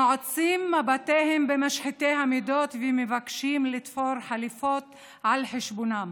נועצים מבטיהם במשחיתי המידות שמבקשים לתפור חליפות על חשבונם